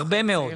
הרבה מאוד.